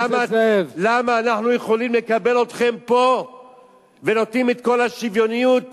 למה אנחנו יכולים לקבל אתכם פה ונותנים את כל השוויוניות